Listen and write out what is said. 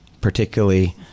particularly